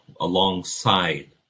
alongside